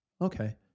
Okay